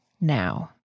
now